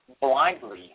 blindly